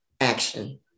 action